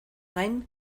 gain